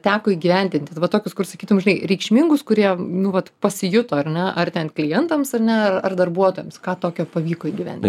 teko įgyvendinti va tokius kur sakytum žinai reikšmingus kurie nu vat pasijuto ar ne ar ten klientams ar ne ar darbuotojams ką tokio pavyko įgyvendint